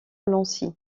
lancy